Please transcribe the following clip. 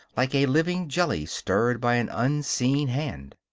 like a living jelly stirred by an unseen hand.